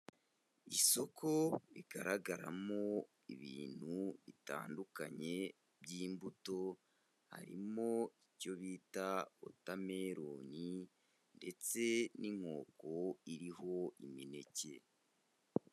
Isoko rigaragaramo ibintu bitandukanye by'imbuto, harimo icyo bita watermelon, ndetse n'inkoko iriho imineke.